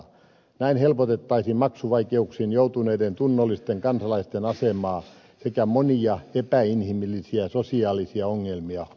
näin helpotettaisiin maksuvaikeuksiin joutuneiden tunnollisten kansalaisten asemaa sekä monia epäinhimillisiä sosiaalisia ongelmia